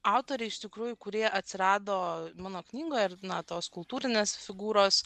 autoriai iš tikrųjų kurie atsirado mano knygoje ir na tos kultūrinės figūros